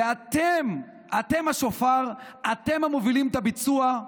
ואתם, אתם השופר, אתם המובילים את הביצוע,